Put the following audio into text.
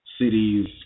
cities